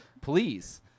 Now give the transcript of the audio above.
Please